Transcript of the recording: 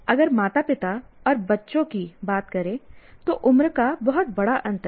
अगर माता पिता और बच्चों की बात करें तो उम्र का बहुत बड़ा अंतर है